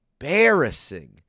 embarrassing